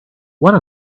one